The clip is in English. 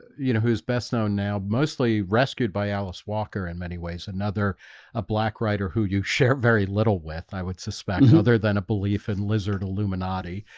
you know who's best known now mostly rescued by alice walker in many ways another a black writer who you share very little with i would suspect other than a belief in lizard illuminati